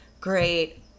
great